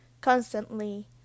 constantly